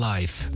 Life